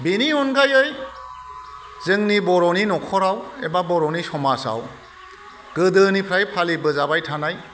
बेनि अनगायै जोंनि बर'नि न'खराव एबा बर'नि समाजाव गोदोनिफ्राय फालिबोजाबाय थानाय